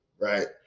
right